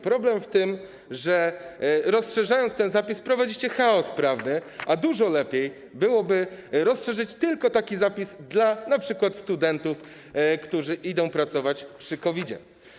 Problem w tym, że rozszerzając ten zapis, wprowadziliście chaos prawny, a dużo lepiej byłoby rozszerzyć tylko taki zapis np. dla studentów, którzy idą pracować przy COVID-zie.